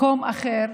מקום אחר,